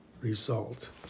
result